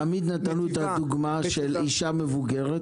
תמיד נתנו את הדוגמה של אישה מבוגרת